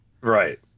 right